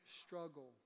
struggle